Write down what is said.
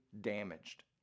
damaged